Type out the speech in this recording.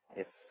yes